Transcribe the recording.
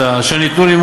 להגיש,